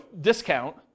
discount